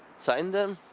sign them,